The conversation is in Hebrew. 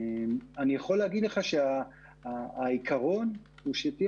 אני יכול להגיד לך שהעיקרון הוא שתהיה